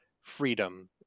freedom